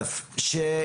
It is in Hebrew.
ראשית,